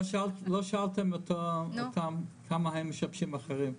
לא שאלתם אותם כמה הם משבשים אחרים.